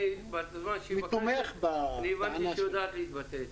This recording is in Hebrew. אני הבנתי שהיא יודעת להתבטא היטב.